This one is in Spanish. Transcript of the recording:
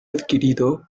adquirido